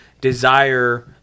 desire